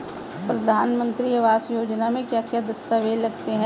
प्रधानमंत्री आवास योजना में क्या क्या दस्तावेज लगते हैं?